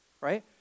Right